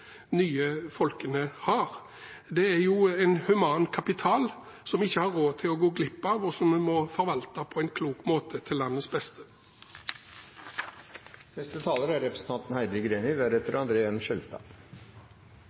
nye folkene har. Det er en human kapital som vi ikke har råd til å gå glipp av, og som vi må forvalte på en klok måte, til landets beste.